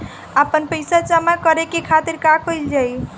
आपन पइसा जमा करे के खातिर का कइल जाइ?